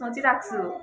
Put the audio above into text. सोचिरहेको छु